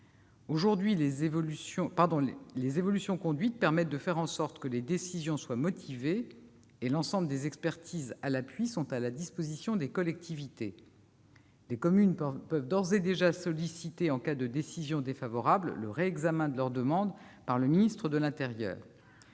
Aujourd'hui, grâce aux évolutions mises en oeuvre, les décisions sont motivées et l'ensemble des expertises à l'appui de celles-ci est à la disposition des collectivités. Les communes peuvent d'ores et déjà solliciter, en cas de décision défavorable, le réexamen de leur demande par le ministre de l'intérieur.